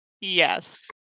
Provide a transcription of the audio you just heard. Yes